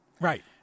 Right